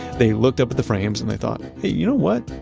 they looked up at the frames and they thought, hey, you know what?